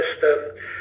system